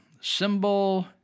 symbol